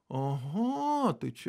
aha tai čia